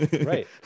Right